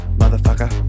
motherfucker